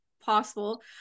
possible